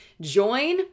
join